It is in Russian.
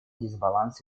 дисбаланс